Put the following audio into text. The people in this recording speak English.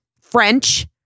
French